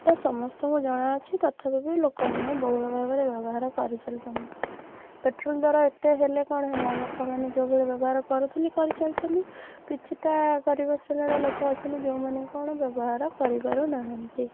ତ ସମସ୍ତଙ୍କୁ ଜଣା ଅଛି ତଥାପି ବି ଲୋକମାନେ ବହୁଳ ଭାବରେ ବ୍ୟବହାର କରିଚାଲିଛନ୍ତି ପେଟ୍ରୋଲ୍ ଦର ଏତେ ହେଲେ କଣ ହେଲା ଲୋକମାନେ ଯୋଉଭଳି ବ୍ୟବହାର କରୁଥିଲେ କରିଚାଲିଛନ୍ତି କିଛିଟା ଗରିବ ଶ୍ରେଣୀର ଲୋକ ଅଛନ୍ତି ଯୋଉମାନେ କ'ଣ ବ୍ୟବହାର କରିପାରୁନାହାନ୍ତି